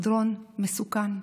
מדרון מסוכן.